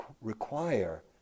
require